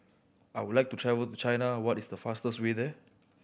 I would like to travel to China what is the fastest way there